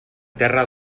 terra